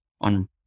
on